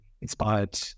inspired